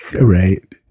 Right